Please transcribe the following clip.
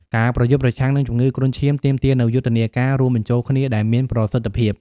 ការប្រយុទ្ធប្រឆាំងនឹងជំងឺគ្រុនឈាមទាមទារនូវយុទ្ធនាការរួមបញ្ចូលគ្នាដែលមានប្រសិទ្ធភាព។